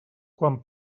quan